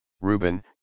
Reuben